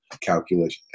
calculation